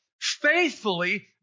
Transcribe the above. faithfully